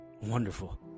Wonderful